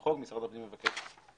למחוק ומשרד הפנים מבקש.